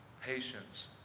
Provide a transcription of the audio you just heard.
patience